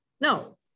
No